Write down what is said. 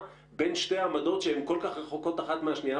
בין שתי עמדות שהן כל כך רחוקות אחת מהשנייה,